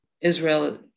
Israel